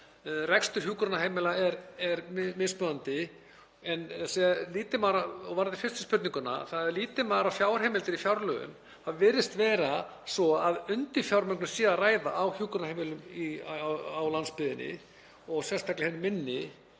Rekstur hjúkrunarheimila er mismunandi. En varðandi fyrstu spurninguna, þ.e. líti maður á fjárheimildir í fjárlögum þá virðist vera svo að um undirfjármögnun sé að ræða á hjúkrunarheimilum á landsbyggðinni og sérstaklega á hinum minni